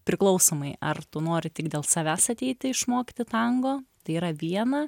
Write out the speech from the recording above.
priklausomai ar tu nori tik dėl savęs ateiti išmokti tango tai yra viena